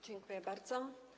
Dziękuję bardzo.